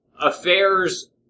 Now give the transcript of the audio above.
affairs